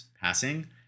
passing